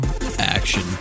action